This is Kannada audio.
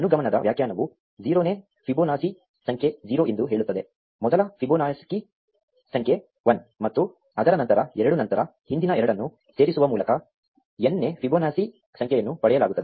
ಅನುಗಮನದ ವ್ಯಾಖ್ಯಾನವು 0 ನೇ ಫಿಬೊನಾಸಿ ಸಂಖ್ಯೆ 0 ಎಂದು ಹೇಳುತ್ತದೆ ಮೊದಲ ಫಿಬೊನಾಕಿ ಸಂಖ್ಯೆ 1 ಮತ್ತು ಅದರ ನಂತರ ಎರಡು ನಂತರ ಹಿಂದಿನ ಎರಡನ್ನು ಸೇರಿಸುವ ಮೂಲಕ n ನೇ ಫಿಬೊನಾಕಿ ಸಂಖ್ಯೆಯನ್ನು ಪಡೆಯಲಾಗುತ್ತದೆ